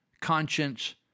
conscience